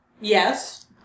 yes